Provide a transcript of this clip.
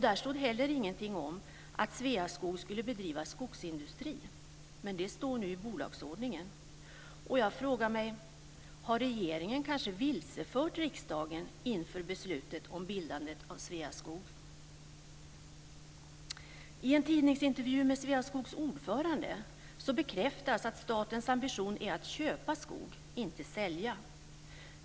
Där stod heller ingenting om att Sveaskog skulle bedriva skogsindustri, men det står nu i bolagsordningen. Jag frågar mig om regeringen kanske har vilsefört riksdagen inför beslutet om bildandet av Sveaskog. I en tidningsintervju med Sveaskogs ordförande bekräftas att statens ambition är att köpa skog, inte sälja.